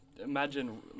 Imagine